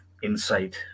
insight